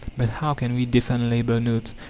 but how can we defend labour-notes,